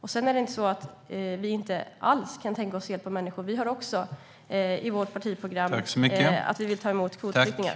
Det är inte heller så att vi sverigedemokrater inte kan tänka oss att hjälpa människor. Vi har också i vårt partiprogram att vi vill ta emot kvotflyktingar.